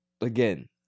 Again